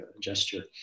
gesture